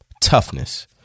Toughness